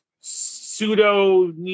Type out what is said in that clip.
pseudo